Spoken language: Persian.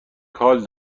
کال